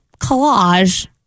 collage